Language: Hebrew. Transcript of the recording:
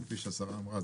כפי שהשרה אמרה,